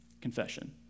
Confession